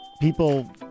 People